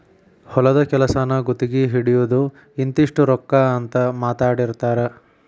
ಹೊಲದ ಕೆಲಸಾನ ಗುತಗಿ ಹಿಡಿಯುದು ಇಂತಿಷ್ಟ ರೊಕ್ಕಾ ಅಂತ ಮಾತಾಡಿರತಾರ